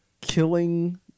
killing